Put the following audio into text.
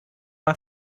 mal